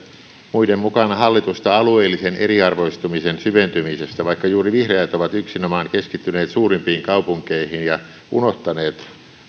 muiden mukana hallitusta alueellisen eriarvoistumisen syventymisestä vaikka juuri vihreät ovat yksinomaan keskittyneet suurimpiin kaupunkeihin ja unohtaneet